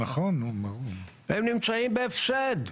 הם נמצאים בהפסד.